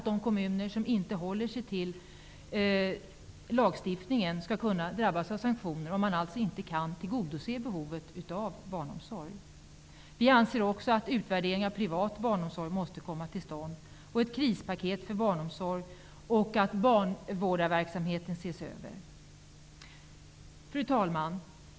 De kommuner som inte håller sig till lagstiftningen, som inte kan tillgodose behovet av barnomsorg, skall kunna drabbas av sanktioner. Vi anser också att en utvärdering av privat barnomsorg måste komma till stånd, att ett krispaket tas fram för barnomsorgen och att barnvårdarverksamheten ses över. Fru talman!